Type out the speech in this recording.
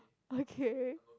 okay